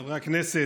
חברי הכנסת,